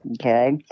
okay